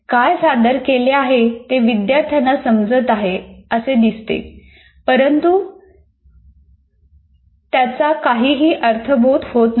काय सादर केले आहे ते विद्यार्थ्यांना समजत आहे असे दिसते परंतु त्यांना त्याचा काहीही अर्थबोध होत नाही